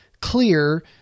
clear